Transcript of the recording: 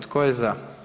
Tko je za?